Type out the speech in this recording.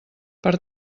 per